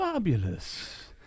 Fabulous